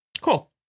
Cool